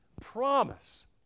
promise